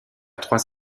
trois